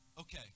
okay